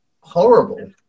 horrible